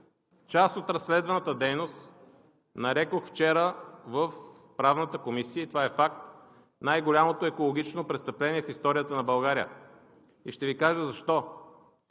част от разследваната дейност – нарекох вчера в Правната комисия и това е факт – най-голямото екологично престъпление в историята на България. Ще Ви кажа защо.